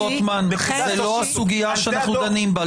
חבר הכנסת רוטמן, זו לא הסוגיה שאנחנו דנים בה.